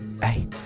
Hey